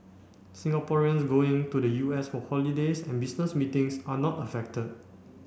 Singaporeans going to the U S for holidays and business meetings are not affected